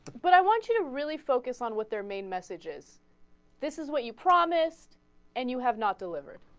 but i want you to really focus on what their main messages this is what you promised and you have not delivered